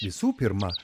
visų pirma